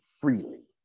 freely